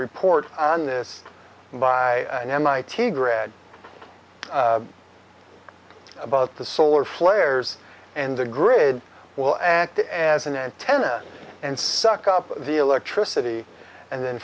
report on this by an mit grad about the solar flares and the grid will act as an antenna and suck up the electricity and then